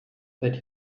that